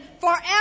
forever